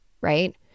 right